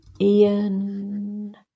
Ian